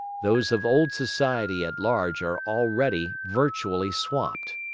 those of old society at large are already virtually swamped.